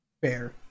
Fair